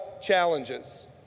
challenges